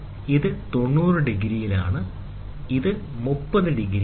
ഇത് 90 ഡിഗ്രിയിലാണ് ഇത് 30 ഡിഗ്രിയാണ്